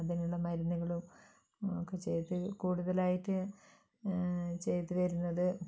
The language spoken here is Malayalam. അതിനുള്ള മരുന്നുകളും ഒക്കെ ചെയ്ത് കൂടുതലായിട്ട് ചെയ്തു വരുന്നത്